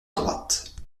droite